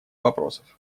вопросов